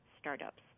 startups